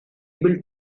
able